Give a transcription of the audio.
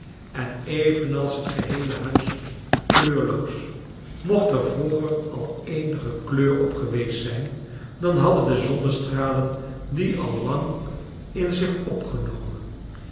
en evenals het geheele huis kleurloos niocht er vroeger al eenige kleur op geweest zijn dan hadden de zonnestralen die al lang in zich opgenomen